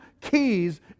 keys